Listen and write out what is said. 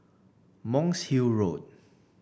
Monk's Hill Road